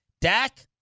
Dak